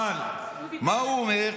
אבל מה הוא אומר?